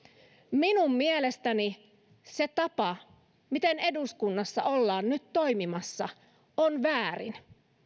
minun mielestäni se tapa miten eduskunnassa ollaan nyt toimimassa on väärin